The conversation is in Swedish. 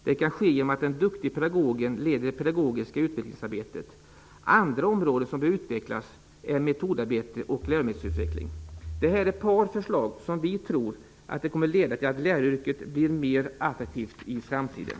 Det kan ske genom att den duktige pedagogen leder det pedagogiska utvecklingsarbetet. Andra områden som bör utvecklas är metodarbete och läromedelsutveckling. Detta är några förslag som vi tror kommer att leda till läraryrket blir mer attraktivt i framtiden.